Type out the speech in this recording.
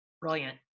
Brilliant